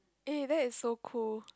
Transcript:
eh that is so cool